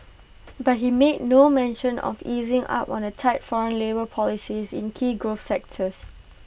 but he made no mention of easing up on A tight foreign labour policies in key growth sectors